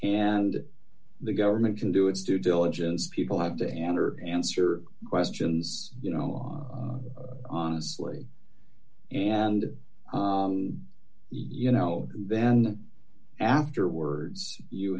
and the government can do its due diligence people have to answer answer questions you know law honestly and you know then afterwards you